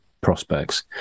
prospects